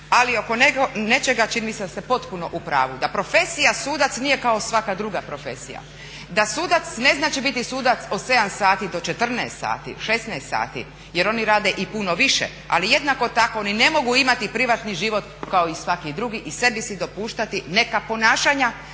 Ali oko nečega čini mi se da ste potpuno u pravu da profesija sudac nije kao svaka druga profesija, da sudac ne znači biti sudac od 7 sati do 14 sati, 16 sati jer oni rade i puno više, ali jednako tako oni ne mogu imati privatni život kao i svaki drugi i sebi dopuštati neka ponašanja